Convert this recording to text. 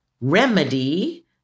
remedy